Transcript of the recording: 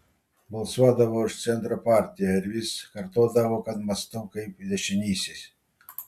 balsuodavo už centro partiją ir vis kartodavo kad mąstau kaip dešinysis